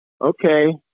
okay